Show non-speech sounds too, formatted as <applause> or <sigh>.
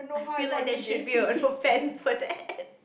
feel like there should be a offence for that <laughs>